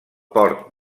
port